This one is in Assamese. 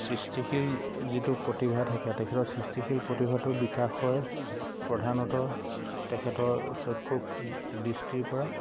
সৃষ্টিশীল যিটো প্ৰতিভা থাকে তেখেতৰ সৃষ্টিশীল প্ৰতিভাটো বিকাশ হৈ প্ৰধানতঃ তেখেতৰ চক্ষুক দৃষ্টিৰপৰা